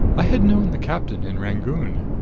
i had known the captain in rangoon.